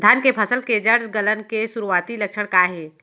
धान के फसल के जड़ गलन के शुरुआती लक्षण का हे?